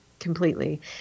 Completely